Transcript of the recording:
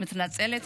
מתנצלת.